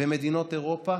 במדינות אירופה,